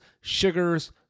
sugars